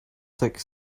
sixth